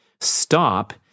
stop